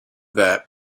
that